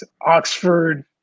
Oxford